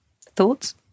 Thoughts